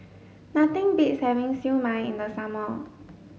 nothing beats having siew mai in the summer